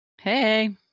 Hey